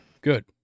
good